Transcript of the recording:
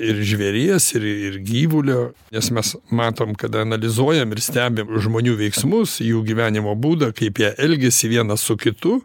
ir žvėries ir ir gyvulio nes mes matom kada analizuojam ir stebim žmonių veiksmus jų gyvenimo būdą kaip jie elgiasi vienas su kitu